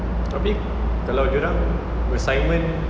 tapi kalau dorang assignment